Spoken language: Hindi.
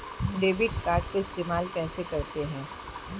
डेबिट कार्ड को इस्तेमाल कैसे करते हैं?